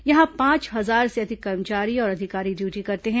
यहां पांच हजार से अधिक कर्मचारी और अधिकारी ड्यूटी करते हैं